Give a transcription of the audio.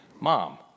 mom